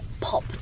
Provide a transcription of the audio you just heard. pop